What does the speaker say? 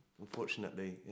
unfortunately